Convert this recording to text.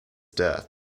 death